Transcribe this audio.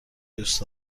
دوست